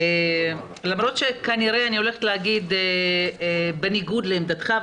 למרות שכנראה אני הולכת להגיד בניגוד לעמדתך,